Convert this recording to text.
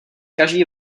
každý